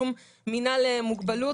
שום מנהל מוגבלות,